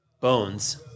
bones